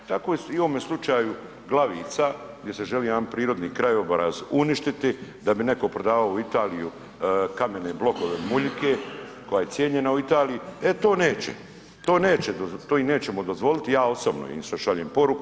Tako i u ovome slučaju Glavica, gdje se želi jedan prirodni krajobraz uništiti da bi netko prodavao u Italiju kamene blokove muljike, koja je cijenjena u Italiji, e to neće, to im nećemo dozvoliti, ja osobno im sad šaljem poruku.